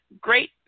great